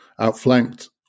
outflanked